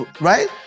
right